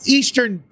eastern